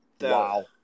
Wow